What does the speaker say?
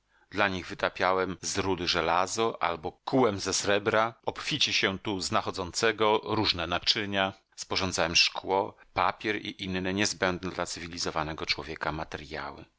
dla nich wytapiałem z rudy żelazo albo kułem ze srebra obficie się tu znachodzącego różne naczynia sporządzałem szkło papier i inne niezbędne dla cywilizowanego człowieka materjały